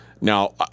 Now